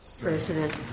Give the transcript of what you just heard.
President